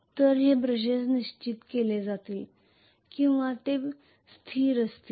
तर हे ब्रशेस निश्चित केले जातील किंवा ते स्थिर असतील